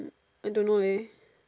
I don't know leh